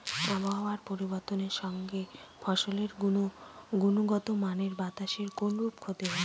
আবহাওয়ার পরিবর্তনের সঙ্গে ফসলের গুণগতমানের বাতাসের কোনরূপ ক্ষতি হয়?